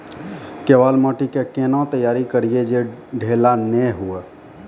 केवाल माटी के कैना तैयारी करिए जे ढेला नैय हुए?